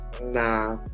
Nah